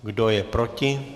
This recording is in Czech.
Kdo je proti?